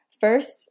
first